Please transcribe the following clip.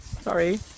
Sorry